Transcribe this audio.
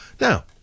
Now